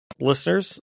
Listeners